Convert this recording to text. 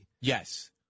Yes